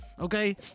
Okay